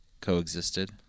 coexisted